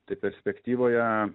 tai perspektyvoje